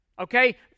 Okay